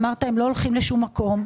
אמרת: "הם לא הולכים לשום מקום",